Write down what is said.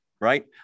right